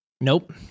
Nope